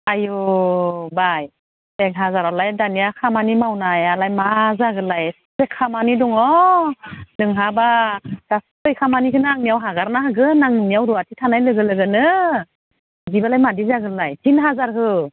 आयु बाय एख हाजारावलाय दानिया खामानि मावनायालाय मा जागोन लाय खामानि दङ जोंहाबा गासै खामानिखोनो आंनियाव हगारना होगोन आं नोंनियाव रुवाथि थानाय लोगो लोगोनो बिदिबालाय मादि जागोन लाय तिन हाजार हो